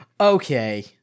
okay